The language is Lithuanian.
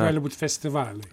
gali būt festivaliai